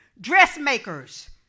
dressmakers